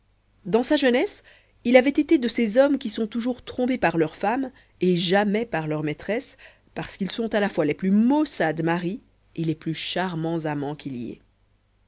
dans sa jeunesse il avait été de ces hommes qui sont toujours trompés par leur femme et jamais par leur maîtresse parce qu'ils sont à la fois les plus maussades maris et les plus charmants amants qu'il y ait